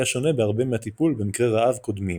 שונה בהרבה מהטיפול במקרי רעב קודמים,